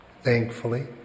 Thankfully